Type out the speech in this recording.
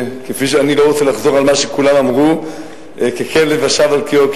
אני לא רוצה לחזור על מה שכולם אמרו ככלב השב על קיאו,